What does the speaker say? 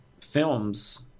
films